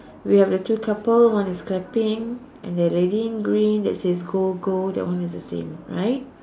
we have that two couple one is clapping and they wearing green that says go go that one is the same right